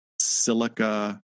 silica